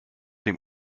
dem